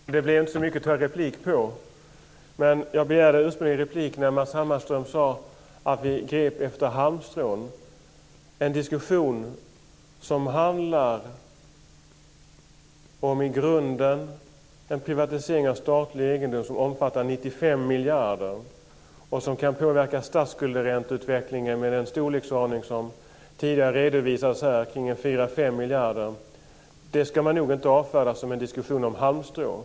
Fru talman! Det blev inte så mycket att replikera på. Jag begärde ursprungligen replik när Matz Hammarström sade att vi grep efter halmstrån. Det går inte att avfärda en diskussion som i grunden handlar om privatisering av statlig egendom omfattande 95 miljarder, och som kan påverka statsskuldsränteutvecklingen i tidigare redovisad storleksordning om 4-5 miljarder, som en diskussion om halmstrån.